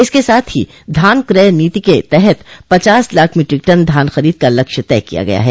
इसके साथ ही धान क्रय नीति के तहत पचास लाख मीट्रिक टन धान खरीद का लक्ष्य तय किया गया है